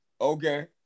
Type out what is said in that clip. Okay